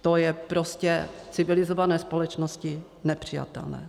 To je prostě v civilizované společnosti nepřijatelné.